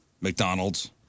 McDonald's